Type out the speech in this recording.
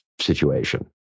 situation